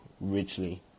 richly